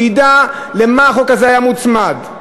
שידע למה החוק הזה היה מוצמד,